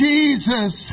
Jesus